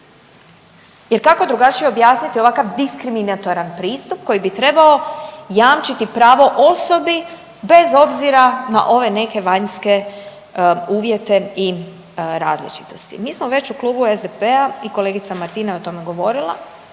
jer kako drugačije objasniti ovakav diskriminatoran pristup koji bi trebao jamčiti pravo osobi bez obzira na ove neke vanjske uvjete i različitosti. Mi smo već u Klubu SDP-a i kolegica Martina je o tome govorila,